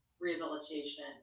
rehabilitation